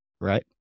right